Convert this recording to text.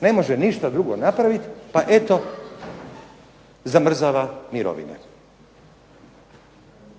Ne može ništa drugo napravit pa eto zamrzava mirovine.